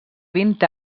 vint